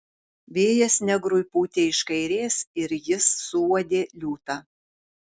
vėjas negrui pūtė iš kairės ir jis suuodė liūtą